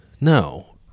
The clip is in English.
No